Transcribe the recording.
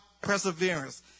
perseverance